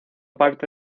parte